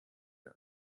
den